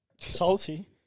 Salty